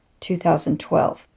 2012